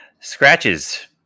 Scratches